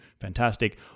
fantastic